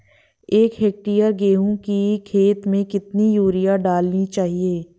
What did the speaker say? एक हेक्टेयर गेहूँ की खेत में कितनी यूरिया डालनी चाहिए?